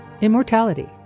Immortality